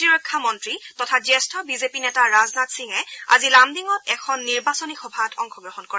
প্ৰতিৰক্ষা মন্ত্ৰী তথা জ্যেষ্ঠ বিজেপি নেতা ৰাজনাথ সিঙে আজি লামডিঙত এখন নিৰ্বাচনী সভাত অংশগ্ৰহণ কৰে